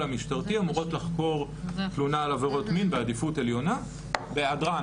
המשטרתי אמורות לחקור תלונה על עבירות מין בעדיפות עליונה בהיעדרן